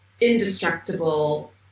Indestructible